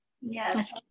Yes